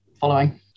following